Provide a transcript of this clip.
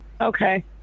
Okay